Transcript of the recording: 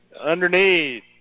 Underneath